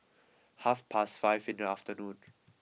half past five in the afternoon